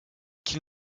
qu’il